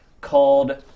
called